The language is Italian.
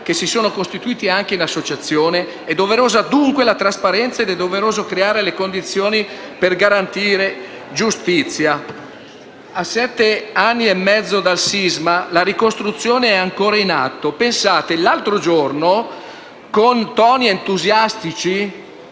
che si sono costituiti anche in associazione, è doverosa dunque la trasparenza ed è doveroso creare le condizioni per garantire giustizia. A sette anni e mezzo dal sisma, la ricostruzione è ancora in atto. Pensate che l'altro giorno con toni entusiastici